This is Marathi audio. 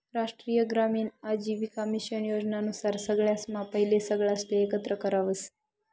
राष्ट्रीय ग्रामीण आजीविका मिशन योजना नुसार सगळासम्हा पहिले सगळासले एकत्र करावस